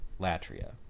latria